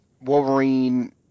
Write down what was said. Wolverine